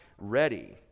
ready